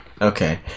Okay